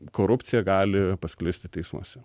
korupcija gali pasklisti teismuose